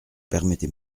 permettez